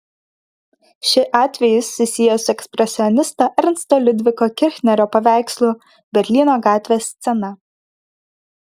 ši atvejis susijęs su ekspresionisto ernsto liudviko kirchnerio paveikslu berlyno gatvės scena